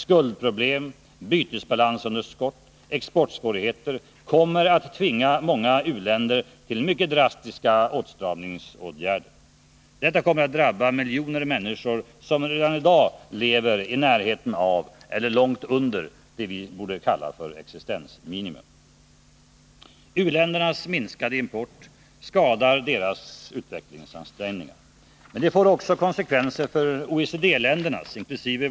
Skuldproblem, bytesbalansunderskott och exportsvårigheter kommer att tvinga många u-länder till mycket drastiska åtstramningsåtgärder. Detta kommer att drabba miljoner människor som redan i dag lever i närheten av eller långt under existensminimum. U-ländernas minskade import skadar deras utvecklingsansträngningar. Men det får också konsekvenser för OECD-ländernas inkl.